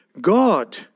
God